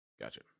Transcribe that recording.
Gotcha